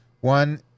One